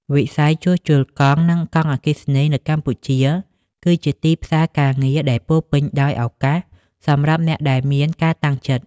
វិស័យជួសជុលកង់ និងកង់អគ្គិសនីនៅកម្ពុជា គឺជាទីផ្សារការងារដែលពោរពេញដោយឱកាសសម្រាប់អ្នកដែលមានការតាំងចិត្ត។